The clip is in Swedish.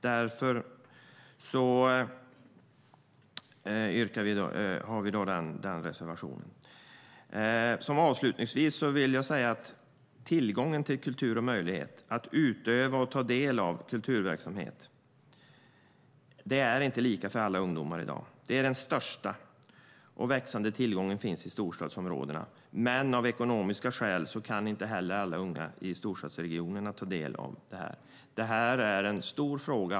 Därför har vi denna reservation. Avslutningsvis: Tillgången till kultur och möjligheten att utöva och ta del av kulturverksamhet är inte lika för alla ungdomar. Den största och växande tillgången finns i storstadsregionerna, men av ekonomiska skäl kan inte heller alla unga där ta del av detta.